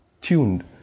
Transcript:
tuned